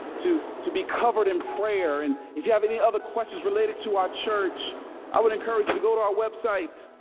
to to be covered in prayer and if you have any other questions related to our church i would encourage you to go to our website